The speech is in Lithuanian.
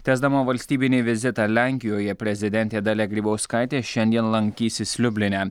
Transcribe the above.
tęsdama valstybinį vizitą lenkijoje prezidentė dalia grybauskaitė šiandien lankysis liubline